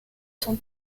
son